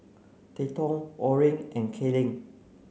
Trenton Orrin and Kellen